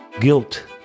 Guilt